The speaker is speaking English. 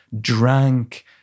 drank